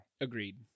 Agreed